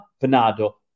Bernardo